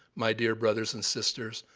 my dear brothers and sisters,